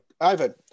Ivan